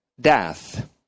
death